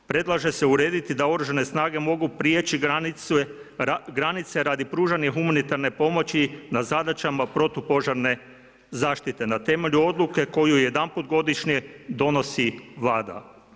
Predlaže se urediti da Oružane snage mogu prijeći granice radi pružanja humanitarne pomoći na zadaćama protupožarne zaštite na temelju odluke koju jedanput godišnje donosi Vlada.